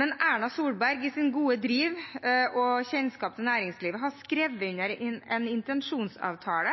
Men Erna Solberg, med sitt gode driv og sin kjennskap til næringslivet, har skrevet under på en intensjonsavtale